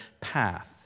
path